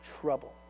trouble